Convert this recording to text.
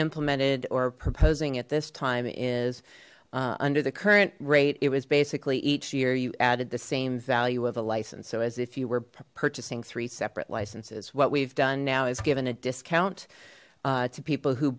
implemented or proposing at this time is under the current rate it was basically each year you added the same value of a license so as if you were purchasing three separate licenses what we've done now is given a discount to people who